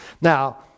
Now